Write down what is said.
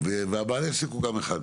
וגם בעל העסק הוא אחד,